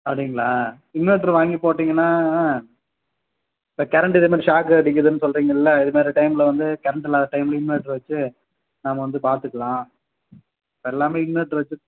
அப்படிங்களா இன்வெர்ட்டர் வாங்கிப் போட்டிங்கனா இந்த கரண்ட் இது மாதிரி ஷாக் அடிக்குதுனு சொல்றீங்கள்ல இதுமாதிரி டைமில் வந்து கரண்ட் இல்லாத டைல் இன்வெர்ட்டர் வச்சு நம்ம வந்து பார்த்துக்கலாம் எல்லாம் இன்வெர்ட்டர் வச்சு